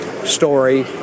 Story